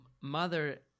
mother